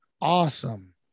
Awesome